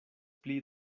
pli